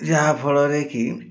ଯାହାଫଳରେ କି